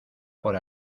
por